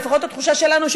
לפחות בתחושה שלנו,